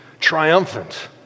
triumphant